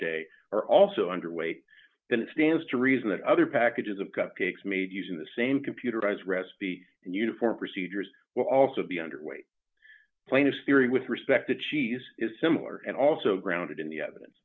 day are also underweight then it stands to reason that other packages of cupcakes made using the same computerized recipe and uniform procedures will also be underweight plainness theory with respect to cheese is similar and also grounded in the